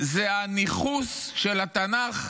זה הניכוס של התנ"ך